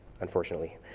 unfortunately